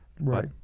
Right